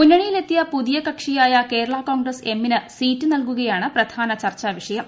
മുന്നണിയിലെത്തിയ പുതിയ കക്ഷിയായ കേരള കോൺഗ്രസ് എമ്മിന് സീറ്റ് നൽകുകയാണ് പ്രധാന ചർച്ചാവിഷയം